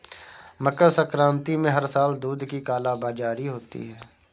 मकर संक्रांति में हर साल दूध की कालाबाजारी होती है